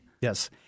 Yes